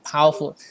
Powerful